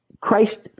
Christ